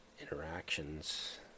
interactions